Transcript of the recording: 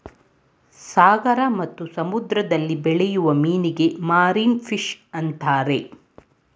ಸಾಗರ ಮತ್ತು ಸಮುದ್ರದಲ್ಲಿ ಬೆಳೆಯೂ ಮೀನಿಗೆ ಮಾರೀನ ಫಿಷ್ ಅಂತರೆ